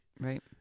right